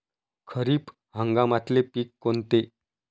खरीप हंगामातले पिकं कोनते?